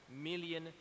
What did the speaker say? million